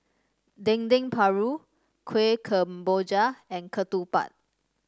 Dendeng Paru Kueh Kemboja and ketupat